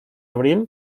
abril